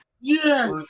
Yes